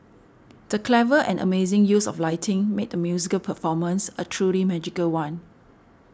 the clever and amazing use of lighting made the musical performance a truly magical one